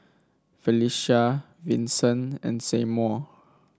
Phylicia Vincent and Seymour